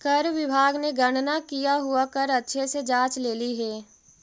कर विभाग ने गणना किया हुआ कर अच्छे से जांच लेली हे